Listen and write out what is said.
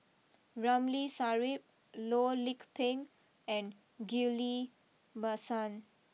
Ramli Sarip Loh Lik Peng and Ghillie Basan